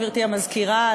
גברתי המזכירה,